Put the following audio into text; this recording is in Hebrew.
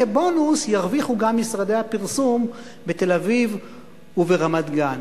כבונוס ירוויחו גם משרדי הפרסום בתל-אביב וברמת-גן.